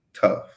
tough